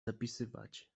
zapisywać